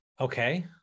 Okay